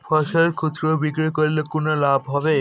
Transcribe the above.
ফসল খুচরো বিক্রি করলে কেমন লাভ হবে?